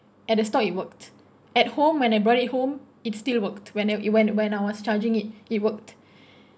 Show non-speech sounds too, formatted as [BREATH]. at the store it worked at home when I bought it home it still worked when uh when when I was charging it it worked [BREATH]